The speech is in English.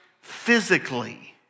physically